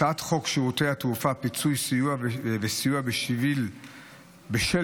הצעת חוק שירותי תעופה (פיצוי וסיוע בשל ביטול